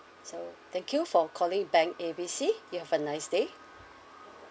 so thank you for calling bank A B C you have a nice day